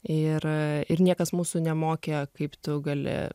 ir niekas mūsų nemokė kaip tu gali